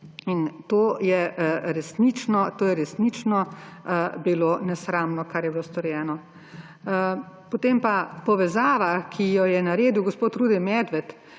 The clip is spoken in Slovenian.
To je resnično bilo nesramno, kar je bilo storjeno. Potem pa povezava, ki jo je naredil gospod Rudi Medved